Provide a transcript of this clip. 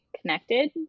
connected